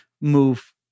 move